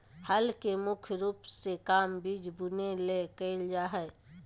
हल के मुख्य रूप से काम बिज बुने ले कयल जा हइ